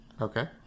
Okay